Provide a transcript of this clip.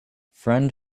friend